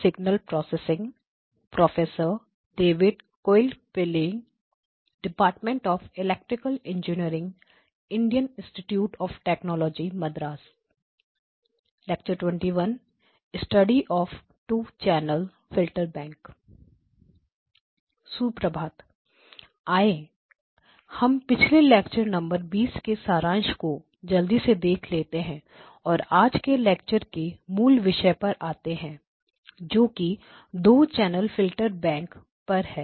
सुप्रभात आइए हम पिछले लेक्चर नंबर 20 के सारांश को जल्दी से देख लेते हैं और आज के लेक्चर के मूल विषय पर आते हैं जो कि 2 चैनल फिल्टर बैंक पर है